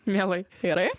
mielai gerai